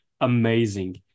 amazing